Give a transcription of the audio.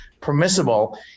permissible